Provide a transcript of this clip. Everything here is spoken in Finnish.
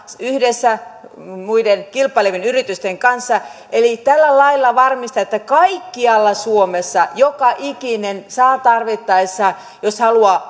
yhdessä kilpailevien yritysten kanssa eli tällä lailla varmistetaan että kaikkialla suomessa joka ikinen saa tarvittaessa jos